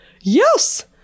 Yes